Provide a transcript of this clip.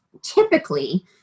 typically